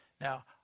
Now